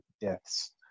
deaths